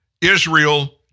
Israel